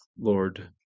Lord